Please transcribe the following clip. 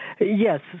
Yes